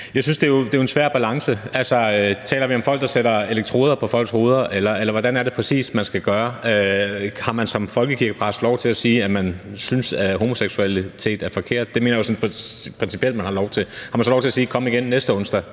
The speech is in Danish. Jeg synes, at det er en svær balance. Taler vi om folk, der sætter elektroder på folks hoveder, eller hvordan er det præcis man skal afgøre det? Har man som folkekirkepræst lov til at sige, at man syntes, at homoseksualitet er forkert? Det mener jeg jo sådan principielt at man har lov til. Har man så lov til at sige: Kom igen næste onsdag,